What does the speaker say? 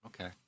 Okay